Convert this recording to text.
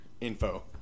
info